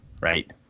right